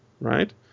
right